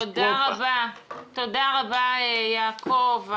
תודה רבה יעקב.